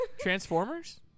transformers